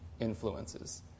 influences